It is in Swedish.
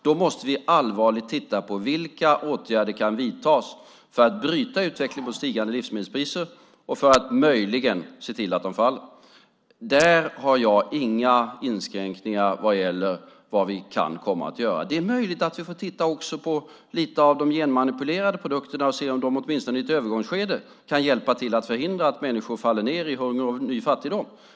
Vi måste allvarligt titta på vilka åtgärder som kan vidtas för att bryta utvecklingen mot stigande livsmedelspriser och för att möjligen se till att de faller. Där har jag inga inskränkningar när det gäller vad vi kan komma att göra. Det är möjligt att vi får titta också på de genmanipulerade produkterna och se om de åtminstone i ett övergångsskede kan hjälpa till att förhindra att människor faller ned i hunger och ny fattigdom.